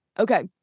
Okay